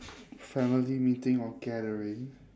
family meeting or gathering